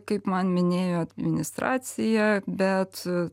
kaip man minėjo administracija bet